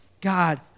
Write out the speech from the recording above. God